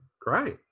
great